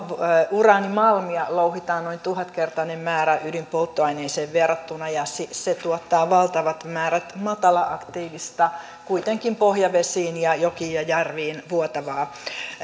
uraanimalmia louhitaan noin tuhatkertainen määrä ydinpolttoaineeseen verrattuna ja se se tuottaa valtavat määrät matala aktiivista kuitenkin pohjavesiin ja jokiin ja järviin vuotavaa